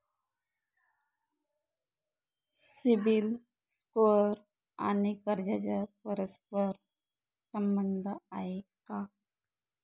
CIBIL score आणि कर्जाचा परस्पर संबंध आहे का?